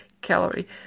calorie